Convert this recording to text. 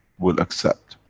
will accept.